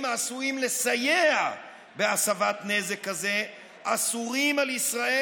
העשויים לסייע בהסבת נזק כזה אסורים על ישראל,